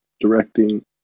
directing